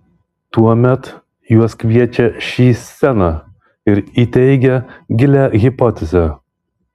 tuomet juos kviečia šį sceną ir įteigia gilią hipnozę